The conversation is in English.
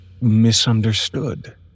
misunderstood